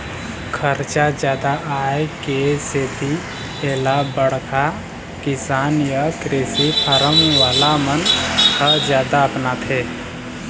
खरचा जादा आए के सेती एला बड़का किसान य कृषि फारम वाला मन ह जादा अपनाथे